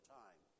time